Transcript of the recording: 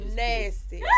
nasty